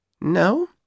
No